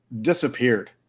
disappeared